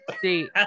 see